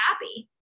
happy